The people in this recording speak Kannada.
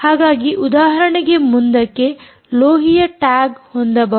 ಹಾಗಾಗಿ ಉದಾಹರಣೆಗೆ ಮುಂದಕ್ಕೆ ಲೋಹೀಯ ಟ್ಯಾಗ್ ಹೊಂದಬಹುದು